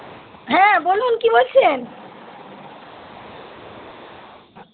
হ্যাঁ বলুন কি বলছেন